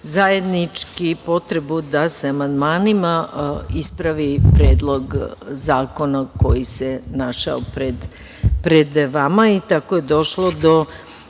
zajedničku potrebu da se amandmanima ispravi Predlog zakona koji se našao pred vama. Tako je došlo do